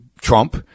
Trump